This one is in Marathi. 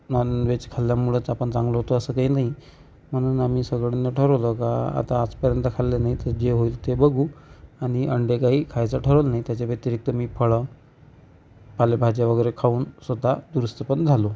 नॉनव्हेज खाल्ल्यामुळंच आपण चांगलं होतो असं काही नाही म्हणून आम्ही सगळ्यांनी ठरवलं का आता आजपर्यंत खाल्लं नाही तर जे होईल ते बघू आणि अंडे काही खायचं ठरवलं नाही त्याच्या व्यतिरिक्त मी फळं पालेभाज्या वगैरे खाऊन स्वतः दुरुस्त पण झालो